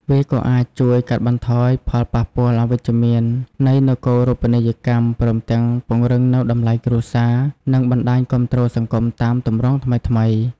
វាក៏អាចជួយកាត់បន្ថយផលប៉ះពាល់អវិជ្ជមាននៃនគរូបនីយកម្ម ព្រមទាំងពង្រឹងនូវតម្លៃគ្រួសារ និងបណ្ដាញគាំទ្រសង្គមតាមទម្រង់ថ្មីៗ។